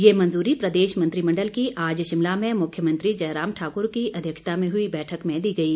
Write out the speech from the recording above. ये मंजूरी प्रदेश मंत्रिमण्डल की आज शिमला में मुख्यमंत्री जयराम ठाकुर की अध्यक्षता में हुई बैठक में दी गई